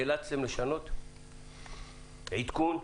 נאלצתם לשנות עדכון התמ"א?